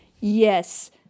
Yes